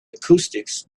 acoustics